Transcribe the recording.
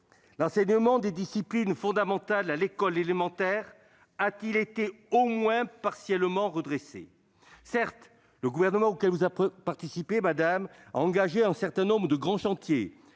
l'enseignement des disciplines fondamentales à l'école élémentaire a-t-il été au moins partiellement redressé ? Certes, le gouvernement auquel vous participez, madame la secrétaire d'État, a engagé un certain nombre de grands chantiers,